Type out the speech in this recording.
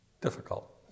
Difficult